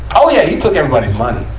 oh, yeah! he took everybody's money,